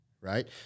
right